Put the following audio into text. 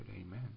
Amen